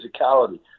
physicality